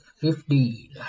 Fifteen